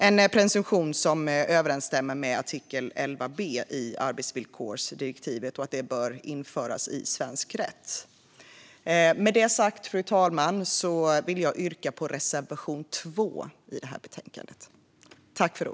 En presumtion som överensstämmer med artikel 11 b i arbetsvillkorsdirektivet bör införas i svensk rätt. Med detta sagt, fru talman, vill jag yrka bifall till reservation 2.